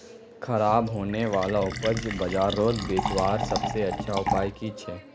ख़राब होने वाला उपज बजारोत बेचावार सबसे अच्छा उपाय कि छे?